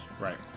Right